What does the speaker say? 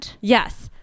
Yes